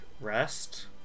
rest